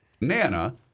Nana